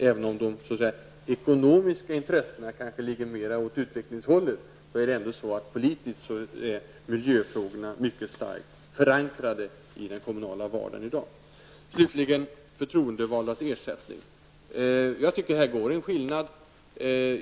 Även om de ekonomiska intressena kanske ligger mer åt utvecklingshållet är miljöfrågorna politiskt i dag mycket starkt förankrade i den kommunala vardagen. Slutligen vill jag beröra de förtroendevaldas ersättning. Jag tycker att det här finns en skillnad.